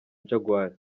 jaguar